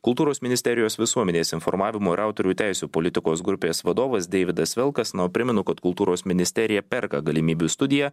kultūros ministerijos visuomenės informavimo ir autorių teisių politikos grupės vadovas deividas velkas na o primenu kad kultūros ministerija perka galimybių studiją